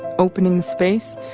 opening the space,